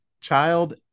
child